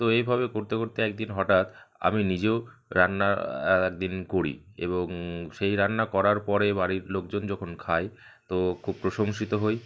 তো এইভাবে করতে করতে একদিন হটাৎ আমি নিজেও রান্না এক দিন করি এবং সেই রান্না করার পরে বাড়ির লোকজন যখন খায় তো খুব প্রশংসিত হই